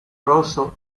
rosso